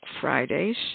Fridays